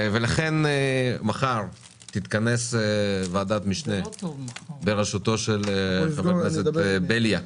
ולכן מחר תתכנס ועדת משנה בראשותו של חבר הכנסת בליאק